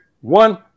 one